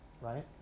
right